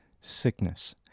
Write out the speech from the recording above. sickness